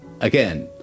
Again